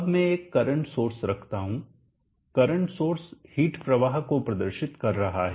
अब मैं एक करंट सोर्स रखता हूं करंट सोर्स हिट प्रवाह को प्रदर्शित कर रहा है